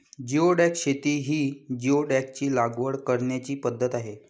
geoduck शेती ही जिओडॅकची लागवड करण्याची पद्धत आहे